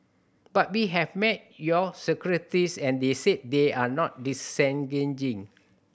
but we have met your secretaries and they said they are not disengaging